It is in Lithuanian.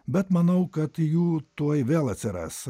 bet manau kad jų tuoj vėl atsiras